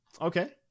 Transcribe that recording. Okay